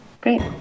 Great